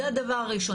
זה הדבר הראשון.